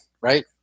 right